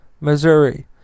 Missouri